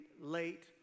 late